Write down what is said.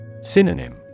Synonym